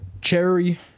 Cherry